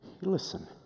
listen